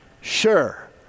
Sure